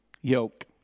yoke